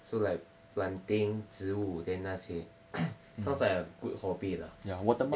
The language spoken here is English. so like planting 植物 then 那些 sounds like a good hobby lah they